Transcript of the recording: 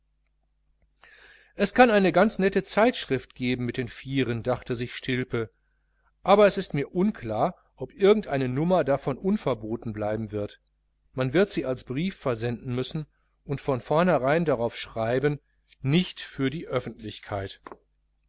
es kann eine ganze nette zeitschrift geben mit den vieren dachte sich stilpe aber es ist mir unklar ob irgend eine nummer davon unverboten bleiben wird man wird sie als brief versenden müssen und von vornherein darauf schreiben nicht für die öffentlichkeit